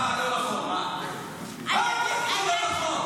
מה שאמרת לא נכון.